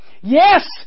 Yes